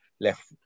left